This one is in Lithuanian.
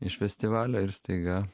iš festivalio ir staiga